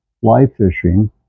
Fly-fishing